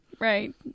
Right